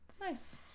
nice